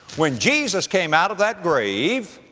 when jesus came out of that grave,